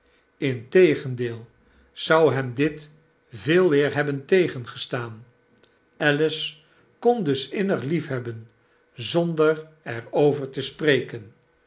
integendeel zou hem dit veeleer hebben tegengestaan alice kon dus innigliethebben zonder er over te spreken